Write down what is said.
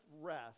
rest